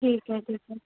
ठीक आहे ठीक आहे